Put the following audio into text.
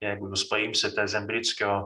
jeigu jūs paimsite zembrickio